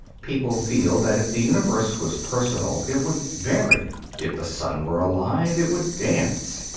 people feel that if the universe was personal it would vary if the sun were alive it would dance.